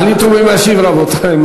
תחליטו מי משיב, רבותי.